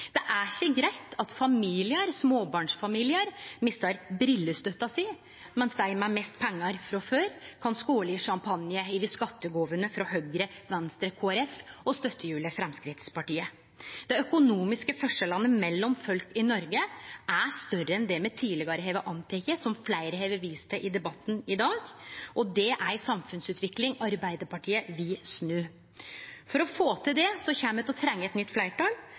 Det er ikkje greitt at familiar, småbarnsfamiliar, mistar brillestøtta si, mens dei med mest pengar frå før kan skåle i champagne over skattegåvene frå Høgre, Venstre, Kristeleg Folkeparti og støttehjulet Framstegspartiet. Dei økonomiske forskjellane mellom folk i Noreg er større enn det me tidlegare har anteke, noko fleire har vist til i debatten i dag. Det er ei samfunnsutvikling som Arbeidarpartiet vil snu. For å få til det kjem me til å trenge eit nytt fleirtal